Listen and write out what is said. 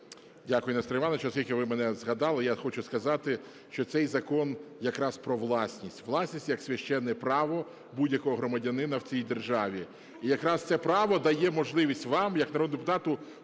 Дякую, Нестор Іванович. Оскільки ви мене згадали, я хочу сказати, що цей закон якраз про власність, власність як священне право будь-якого громадянина в цій державі. Якраз це право дає можливість вам як народним депутату